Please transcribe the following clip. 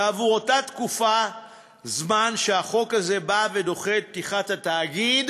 ועבור אותה תקופת זמן שהחוק הזה בא ודוחה את פתיחת התאגיד,